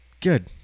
Good